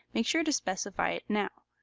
make sure to specify it now.